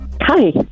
hi